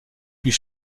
puis